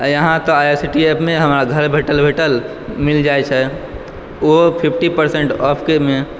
अइ यहाँ तऽ आइ आर सी टी एपमे हमरा घरे बैठल बैठल मिल जाइ छै ओहो फिफ्टी परसेन्ट ऑफमे